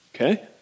Okay